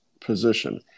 position